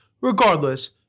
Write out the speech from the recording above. Regardless